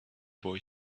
boy